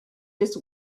just